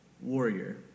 warrior